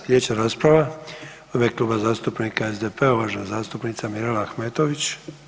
Sljedeća rasprava u ime Kluba zastupnika SDP-a uvažena zastupnica Mirela Ahmetović.